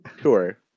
Sure